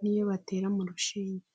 n'iyo batera mu rushinge.